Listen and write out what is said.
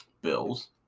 Bills